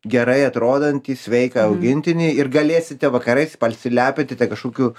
gerai atrodantį sveiką augintinį ir galėsite vakarais pasilepintite kažkokiu